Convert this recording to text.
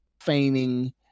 feigning